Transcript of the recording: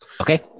Okay